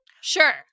Sure